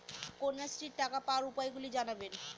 কন্যাশ্রীর টাকা পাওয়ার উপায়গুলি জানাবেন?